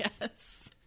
Yes